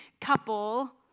couple